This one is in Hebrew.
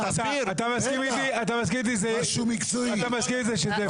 אבל אתה מסכים איתי שזה אפשרי?